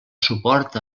suport